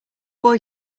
boy